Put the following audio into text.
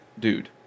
Dude